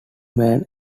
man